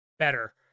better